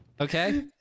Okay